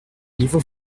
niveau